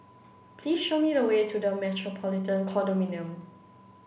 please show me the way to The Metropolitan Condominium